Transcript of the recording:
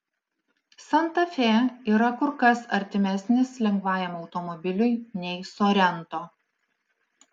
santa fe yra kur kas artimesnis lengvajam automobiliui nei sorento